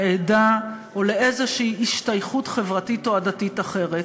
לעדה או לאיזו השתייכות חברתית או עדתית אחרת.